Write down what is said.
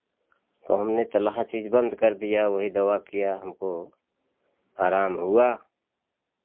तो हमने तेलहा चीज़ बंद कर दिया वही दवा किया हमको आराम हुआ